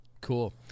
cool